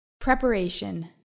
Preparation